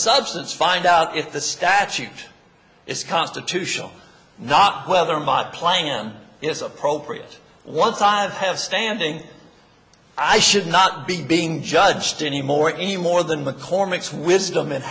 substance find out if the statute is constitutional or not whether my plan is appropriate once i've have standing i should not be being judged anymore even more than mccormick's wisdom